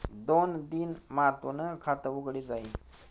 दोन दिन मा तूनं खातं उघडी जाई